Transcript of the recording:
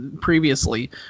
previously